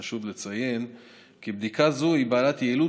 חשוב לציין כי בדיקה זו היא בעלת יעילות